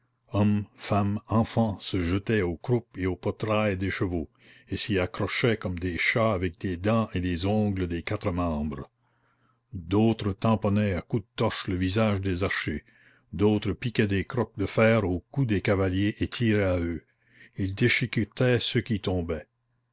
hommes femmes enfants se jetaient aux croupes et aux poitrails des chevaux et s'y accrochaient comme des chats avec les dents et les ongles des quatre membres d'autres tamponnaient à coups de torches le visage des archers d'autres piquaient des crocs de fer au cou des cavaliers et tiraient à eux ils déchiquetaient ceux qui tombaient